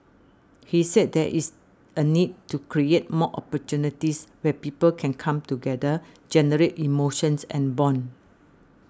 he said there is a need to create more opportunities where people can come together generate emotions and bond